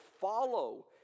follow